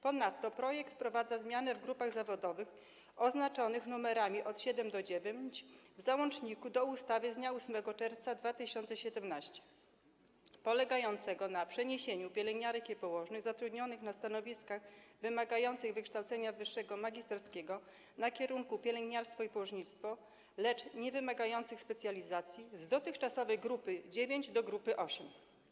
Ponadto projekt wprowadza zmianę w grupach zawodowych oznaczonych numerami od 7 do 9 w załączniku do ustawy z dnia 8 czerwca 2017 r. polegającą na przeniesieniu pielęgniarek i położnych zatrudnionych na stanowiskach wymagających wykształcenia wyższego magisterskiego na kierunku pielęgniarstwo i położnictwo, lecz niewymagających specjalizacji, z dotychczasowej grupy 9 do grupy 8.